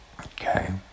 okay